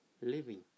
living